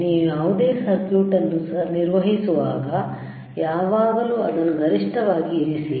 ನೀವು ಯಾವುದೇ ಸರ್ಕ್ಯೂಟ್ ಅನ್ನು ನಿರ್ವಹಿಸುವಾಗ ಯಾವಾಗಲೂ ಅದನ್ನು ಗರಿಷ್ಠವಾಗಿ ಇರಿಸಿ